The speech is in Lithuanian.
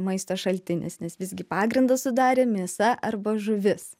maisto šaltinis nes visgi pagrindą sudarė mėsa arba žuvis